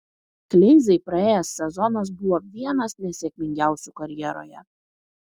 kleizai praėjęs sezonas buvo vienas nesėkmingiausių karjeroje